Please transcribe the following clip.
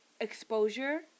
exposure